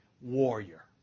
warrior